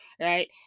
right